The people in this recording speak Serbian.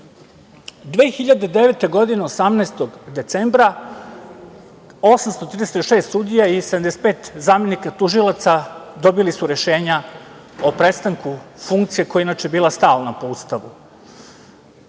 2009, 18. decembra 836 sudija i 75 zamenika tužilaca dobili su rešenja o prestanku funkcije koja je inače bila stalna po Ustavu